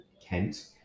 Kent